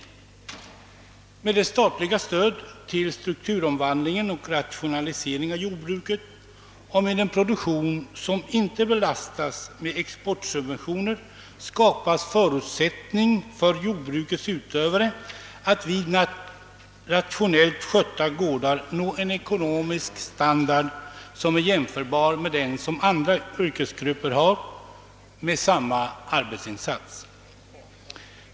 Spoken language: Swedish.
Genom det statliga stödet till strukturomvandling och rationalisering inom jordbruket och genom en produktion som inte belastas med exportsubventioner skapas förutsättningar för jordbrukets utövare att på rationellt skötta gårdar nå en ekonomisk standard jämförlig med den som gäller för andra yrkesgrupper vilka gör motsvarande arbetsinsatser.